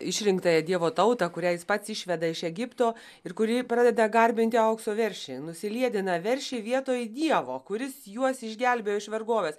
išrinktąją dievo tautą kurią jis pats išveda iš egipto ir kuri pradeda garbinti aukso veršį nusiliedina veršį vietoj dievo kuris juos išgelbėjo iš vergovės